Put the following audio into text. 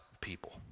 people